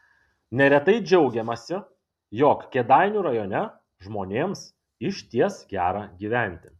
neretai džiaugiamasi jog kėdainių rajone žmonėms išties gera gyventi